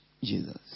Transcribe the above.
Jesus